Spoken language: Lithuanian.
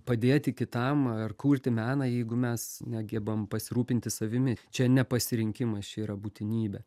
padėti kitam ar kurti meną jeigu mes negebam pasirūpinti savimi čia ne pasirinkimas čia yra būtinybė